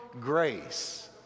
grace